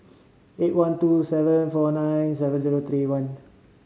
eight one two seven four nine seven zero three one